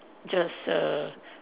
just a